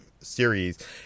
series